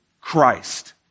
Christ